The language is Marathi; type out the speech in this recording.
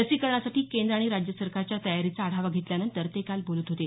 लसीकरणासाठी केंद्र आणि राज्य सरकारच्या तयारीचा आढावा घेतल्यानंतर ते काल बोलत होते